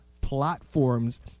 platforms